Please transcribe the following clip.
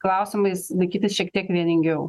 klausimais laikytis šiek tiek vieningiau